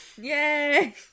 Yay